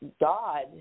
God